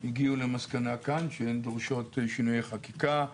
הגיעו למסקנה כאן שהן דורשות שינויי חקיקה.